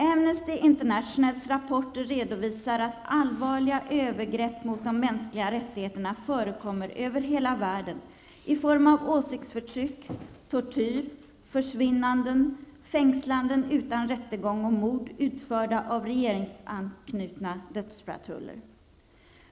Amnesty Internationals rapporter redovisar att allvarliga övergrepp mot de mänskliga rättigheterna förekommer över hela världen i form av åsiktsförtryck, tortyr, försvinnanden, fängslanden utan rättegång och mord utförda av regeringsanknutna dödspatruller.